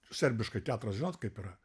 serbiškai teatras žinot kaip yra